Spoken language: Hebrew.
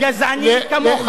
הוא זבל גזעני כמוך.